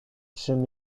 czym